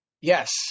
Yes